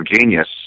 genius